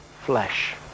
flesh